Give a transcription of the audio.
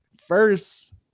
first